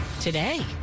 today